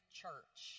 church